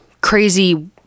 crazy